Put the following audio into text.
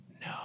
No